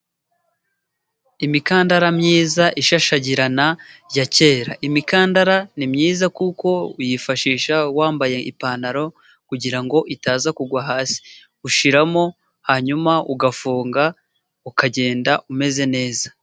Imikandara myiza ishashagirana, ya kera, imikandara ni myiza kuko uyifashisha wambaye ipantaro kugira ngo itaza kugwa hasi, ushyiramo hanyuma ugafunga ukagenda umeze neza.